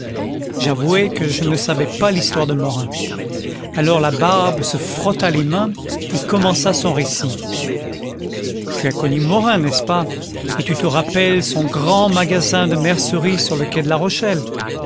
j'avouai que je ne savais pas l'histoire de morin alors labarbe se frotta les mains et commença son récit tu as connu morin n'est-ce pas et tu te rappelles son grand magasin de mercerie sur le quai de la rochelle